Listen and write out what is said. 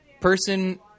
Person